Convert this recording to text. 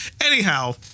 Anyhow